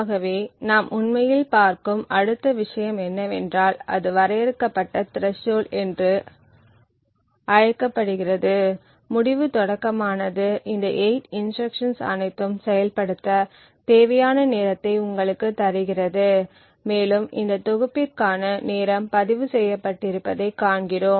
ஆகவே நாம் உண்மையில் பார்க்கும் அடுத்த விஷயம் என்னவென்றால் அது வரையறுக்கப்பட்ட த்ரெஸ்ஷோல்ட என்று அழைக்கப்படுகிறது முடிவு தொடக்கமானது இந்த 8 இன்ஸ்ட்ருக்ஷன்ஸ் அனைத்தும் செயல்படுத்த தேவையான நேரத்தை உங்களுக்குத் தருகிறது மேலும் இந்த தொகுப்பிற்கான நேரம் பதிவு செய்யப்பட்டிருப்பதைக் காண்கிறோம்